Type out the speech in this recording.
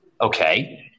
Okay